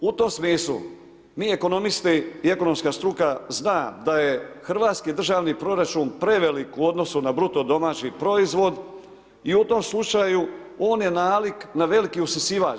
U tom smislu mi ekonomisti i ekonomska struka zna da je hrvatski državni proračun prevelik u odnosu na BDP i u tom slučaju on je nalik na veliki usisavač.